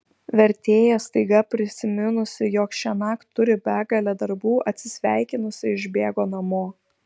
vertėja staiga prisiminusi jog šiąnakt turi begalę darbų atsisveikinusi išbėgo namo